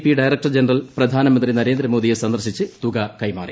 P director general പ്രധാനമന്ത്രി നരേന്ദ്രമോദിയെ സന്ദർശിച്ച് തുക കൈമാറി